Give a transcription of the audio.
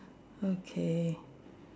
okay